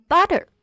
Butter